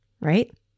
right